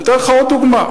אני אתן לך עוד דוגמה.